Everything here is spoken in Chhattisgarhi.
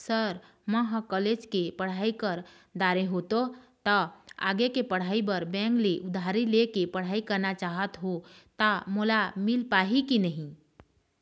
सर म ह कॉलेज के पढ़ाई कर दारें हों ता आगे के पढ़ाई बर बैंक ले उधारी ले के पढ़ाई करना चाहत हों ता मोला मील पाही की नहीं?